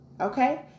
okay